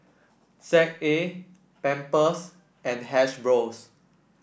Z A Pampers and Hasbro